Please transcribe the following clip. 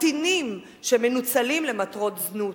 הקטינים שמנוצלים למטרות זנות.